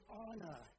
honor